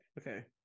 Okay